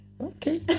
Okay